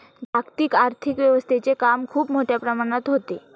जागतिक आर्थिक व्यवस्थेचे काम खूप मोठ्या प्रमाणात होते